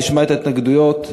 נשמע את ההתנגדויות ברצף,